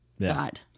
God